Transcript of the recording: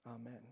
amen